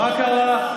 מה קרה?